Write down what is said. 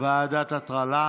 ועדת הכספים, ועדת הטרלה,